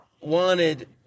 wanted